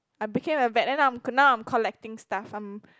I became a vet then I'm now I'm collecting stuff I'm